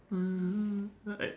um I